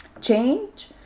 change